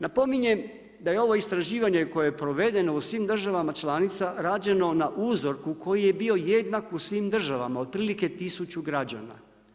Napominjem da je ovo istraživanje koje je provedeno u svim državama članicama rađeno na uzorku koji je bio jednak u svim državama, otprilike 1000 građana.